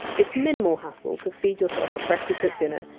it's minimal hassle to feed yourself a freshly cooked dinner,